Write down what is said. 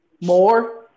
more